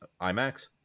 IMAX